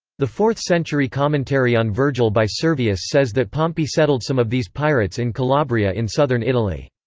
the fourth century commentary on vergil by servius says that pompey settled some of these pirates in calabria in southern italy.